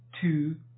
two